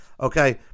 okay